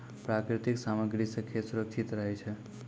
प्राकृतिक सामग्री सें खेत सुरक्षित रहै छै